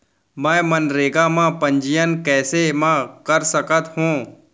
मैं मनरेगा म पंजीयन कैसे म कर सकत हो?